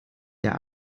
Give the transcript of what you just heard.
der